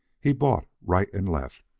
he bought right and left,